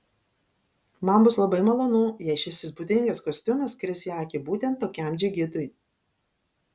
man bus labai malonu jei šis įspūdingas kostiumas kris į akį būtent tokiam džigitui